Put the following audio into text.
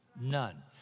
none